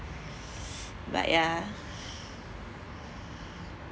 but ya